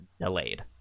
delayed